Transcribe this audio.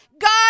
God